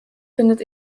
findet